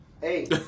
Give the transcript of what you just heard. Hey